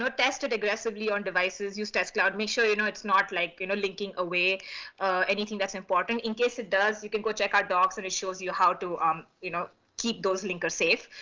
so test it aggressively on devices. use test cloud. make sure you know it's not like you know linking away anything that's important. in case it does, you can go check our docs and it shows you how to um you know keep those linkers safe.